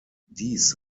dies